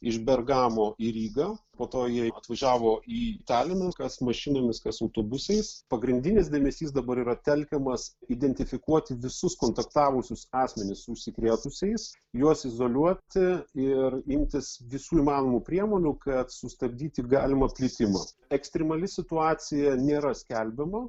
iš bergamo į rygą po to jie atvažiavo į taliną kas mašinomis kas autobusais pagrindinis dėmesys dabar yra telkiamas identifikuoti visus kontaktavusius asmenis užsikrėtusiais juos izoliuoti ir imtis visų įmanomų priemonių kad sustabdyti galimą plitimą ekstremali situacija nėra skelbiama